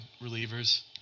relievers